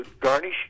garnish